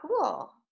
cool